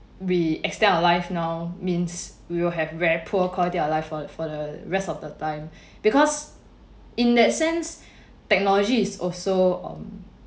we extend our life now means we will have very poor quality of life for the for the rest of the time because in that sense technology is also um